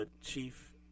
Chief